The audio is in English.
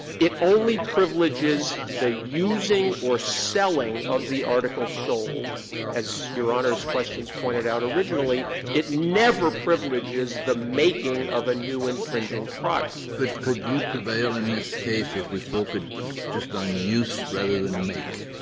it only privileges the using or selling of the article sold as your honor's questions pointed out originally, it never privileges the making of a new infringing product. kennedy could could you prevail in this case if we focused just on use rather than make?